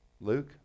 Luke